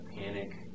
panic